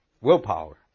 willpower